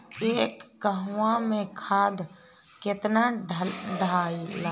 एक कहवा मे खाद केतना ढालाई?